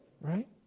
right